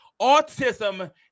Autism